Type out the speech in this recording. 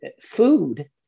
food